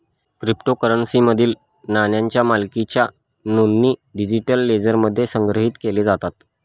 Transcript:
क्रिप्टोकरन्सीमधील नाण्यांच्या मालकीच्या नोंदी डिजिटल लेजरमध्ये संग्रहित केल्या जातात